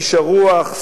איש הרוח,